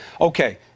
Okay